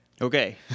Okay